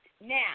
Now